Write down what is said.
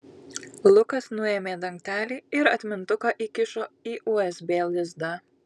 lukas nuėmė dangtelį ir atmintuką įkišo į usb lizdą